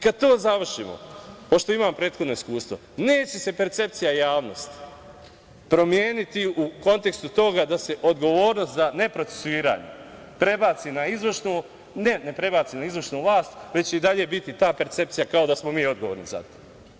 Kad to završimo, pošto imam prethodno iskustvo, neće se percepcija javnosti promeniti u kontekstu toga da se odgovornost za neprocesuiranje prebaci na izvršnu, već će i dalje biti ta percepcija kao da smo mi odgovorni za to.